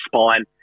Spine